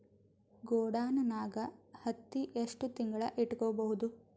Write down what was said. ಗೊಡಾನ ನಾಗ್ ಹತ್ತಿ ಎಷ್ಟು ತಿಂಗಳ ಇಟ್ಕೊ ಬಹುದು?